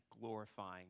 glorifying